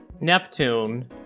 Neptune